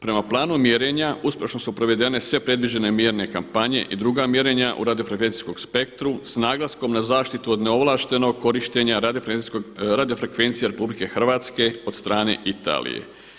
Prema planu mjerenja uspješno su prevedene sve predviđene mjerne kampanje i druga mjerenja u radio frekvencijskom spektru s naglaskom na zaštitu od neovlaštenog korištenja radiofrekvencije RH od strane Italije.